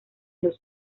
los